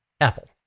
Apple